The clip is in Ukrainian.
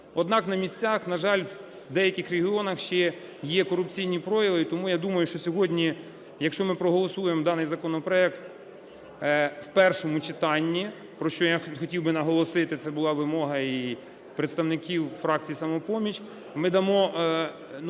Однак на місцях, на жаль, в деяких регіонах ще є корупційні прояви. І тому, я думаю, якщо ми проголосуємо даний законопроект у першому читанні, про що я хотів би наголосити, це була вимога і представників фракції "Самопоміч", ми дамо певний